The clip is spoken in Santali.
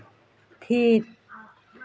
ᱛᱷᱤᱨ